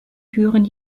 türen